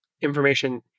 information